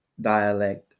dialect